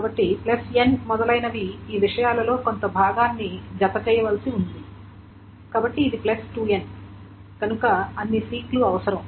కాబట్టి plus n మొదలైనవి ఈ విషయాలలో కొంత భాగాన్ని జతచేయవలసి ఉంది కాబట్టి ఇది ప్లస్ 2n కనుక అన్ని సీక్ లు అవసరం